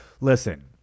listen